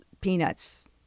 peanuts